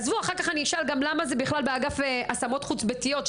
אחר כך אני אשאל גם למה זה בכלל באגף השמות חוץ ביתיות,